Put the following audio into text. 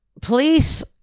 police